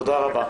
תודה רבה.